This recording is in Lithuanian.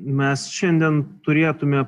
mes šiandien turėtume